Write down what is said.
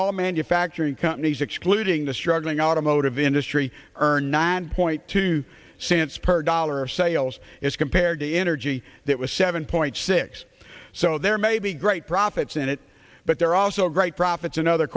all manufacturing companies excluding the struggling automotive industry earn nine point two cents per dollar sales as compared to energy that was seven point six so there may be great profits in it but there are also great profits in other